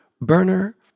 Burner